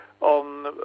on